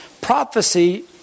prophecy